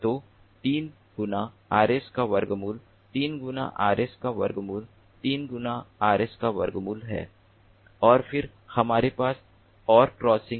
तो 3 गुना Rs का वर्गमूल 3 गुना Rs का वर्गमूल 3 Rs का वर्गमूल है और फिर हमारे पास और क्रॉसिंग हैं